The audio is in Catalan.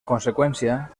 conseqüència